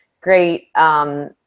great